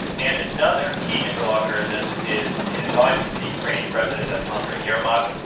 and another key interlocutor in this is an adviser to the ukrainian president. that's andriy yermak.